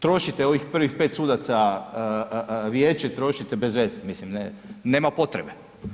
Trošite ovih prvih 5 sudaca, vijeće trošite bez veze, mislim nema potrebe.